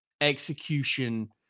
execution